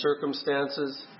circumstances